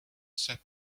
said